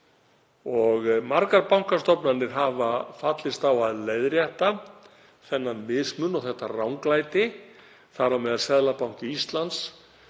Margar bankastofnanir hafa fallist á að leiðrétta þann mismun og það ranglæti, þar á meðal Seðlabanki Íslands